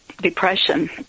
depression